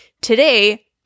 today